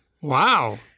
Wow